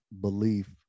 belief